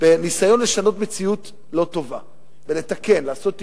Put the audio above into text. בניסיון לשנות מציאות לא טובה ולתקן, לעשות תיקון.